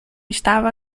estava